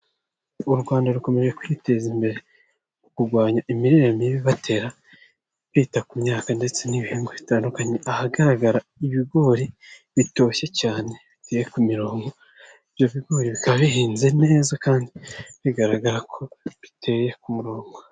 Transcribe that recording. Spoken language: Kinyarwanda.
U Rwanda rukomeje kwiteza imbere, mu kurwanya imirire mibi batera kwita ku myaka ndetse n'ibihegwa bitandukanye, ahagaragara ibigori bitoshye cyane biteye ku mirongo, ibyo bigori bikaba bihinze neza kandi bigaragara ko biteye ku murongo.